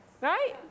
Right